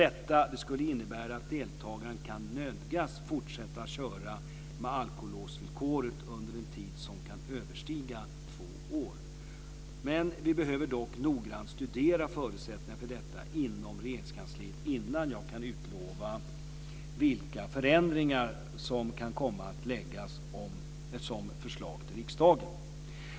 Detta skulle innebära att deltagaren kan nödgas fortsätta köra med alkolåsvillkoret under en tid som kan överstiga två år. Vi behöver dock noggrant studera förutsättningarna för detta inom Regeringskansliet innan jag kan utlova vilka förändringar som kan komma att läggas fram som förslag till riksdagen.